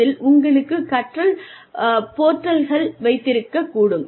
இதில் உங்களுக்கு கற்றல் போர்ட்டல்கள் வைத்திருக்கக் கூடும்